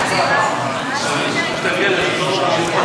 כבוד יושב-ראש הכנסת, יושב-ראש ועדת הכנסת חברי